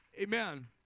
Amen